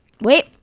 Wait